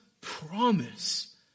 promise